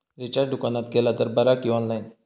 Recharge दुकानात केला तर बरा की ऑनलाइन?